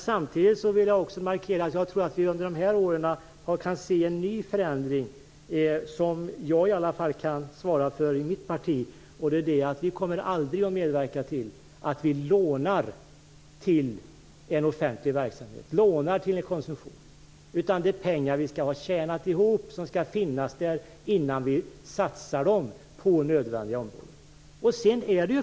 Samtidigt vill jag markera att vi nu kan se en ny förändring som jag i alla fall kan svara för i mitt parti, och det är att vi kommer aldrig att medverka till att vi lånar till offentlig verksamhet och konsumtion. Vi skall ha tjänat ihop pengarna innan vi satsar dem på nödvändiga områden.